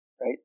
Right